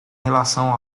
relação